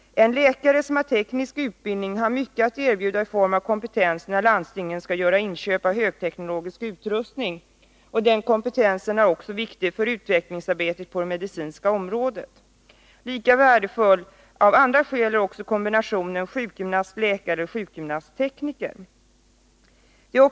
En läkare som har teknisk utbildning har mycket att erbjuda i form av kompetens, när landstingen skall göra inköp av högteknologisk utrustning, och den kompetensen är också viktig för utvecklingsarbetet på det medicinska området. Lika värdefull, av andra skäl, är också kombinationen sjukgymnast tekniker.